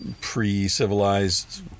pre-civilized